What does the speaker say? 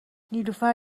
نیلوفر